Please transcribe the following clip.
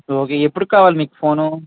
okay ఎప్పటికి కావాలి మీకు ఫోను